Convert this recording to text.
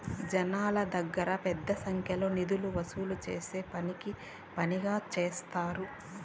జనాల దగ్గర పెద్ద సంఖ్యలో నిధులు వసూలు చేసే పనిగా సెప్తారు